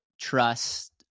trust